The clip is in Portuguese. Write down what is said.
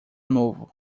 novo